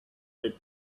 leaf